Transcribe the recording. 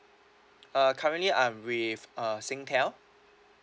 uh currently I'm with uh singtel